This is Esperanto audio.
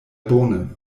bone